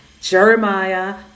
Jeremiah